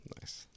Nice